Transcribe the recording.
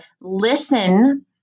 listen